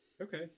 Okay